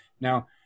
Now